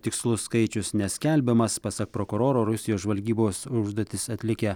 tikslus skaičius neskelbiamas pasak prokuroro rusijos žvalgybos užduotis atlikę